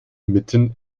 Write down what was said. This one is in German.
mitten